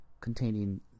containing